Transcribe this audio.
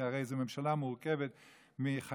כי הרי זו ממשלה שמורכבת מחיה,